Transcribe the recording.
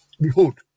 Behold